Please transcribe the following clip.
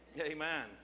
Amen